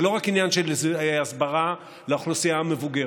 זה לא רק עניין של הסברה לאוכלוסייה המבוגרת,